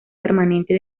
permanente